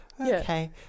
Okay